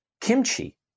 kimchi